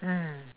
mm